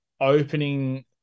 opening